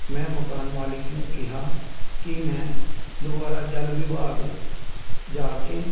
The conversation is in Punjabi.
ਮੈਂ ਮਕਾਨ ਮਾਲਕ ਨੂੰ ਕਿਹਾ ਕਿ ਮੈਂ ਦੁਬਾਰਾ ਜਲ ਵਿਭਾਗ ਜਾ ਕੇ